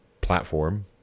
platform